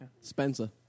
Spencer